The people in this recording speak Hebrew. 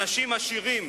אנשים עשירים,